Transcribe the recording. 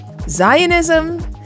Zionism